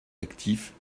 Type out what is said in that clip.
actifs